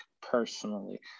personally